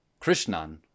Krishnan